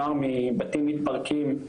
נוער מבתים מתפרקים,